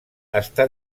està